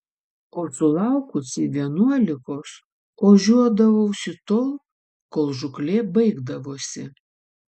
o sulaukusi vienuolikos ožiuodavausi tol kol žūklė baigdavosi